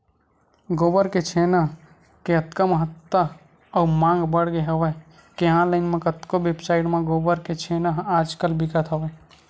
गोबर के छेना के अतका महत्ता अउ मांग बड़गे हवय के ऑनलाइन म कतको वेबसाइड म गोबर के छेना ह आज कल बिकत हवय